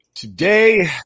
Today